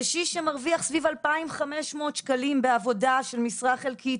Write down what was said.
קשיש שמרוויח סביב האלפיים חמש מאות שקלים בעבודה של משרה חלקית,